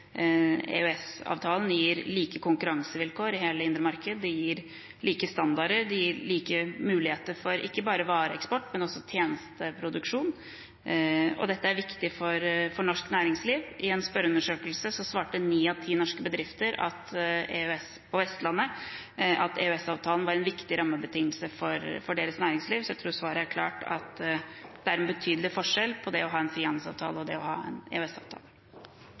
EØS-avtalen gir like konkurransevilkår i hele det indre marked. Det gir like standarder. Det gir like muligheter ikke bare for vareeksport, men også for tjenesteproduksjon. Dette er viktig for norsk næringsliv. I en spørreundersøkelse svarte ni av ti norske bedrifter på Vestlandet at EØS-avtalen var en viktig rammebetingelse for deres næringsliv. Så jeg tror svaret er klart, og at det er en betydelig forskjell på det å ha en frihandelsavtale og det å ha en